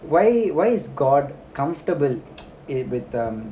why why is god comfortable e~ with um